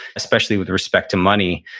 especially with respect to money.